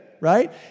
right